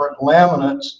laminates